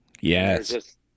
Yes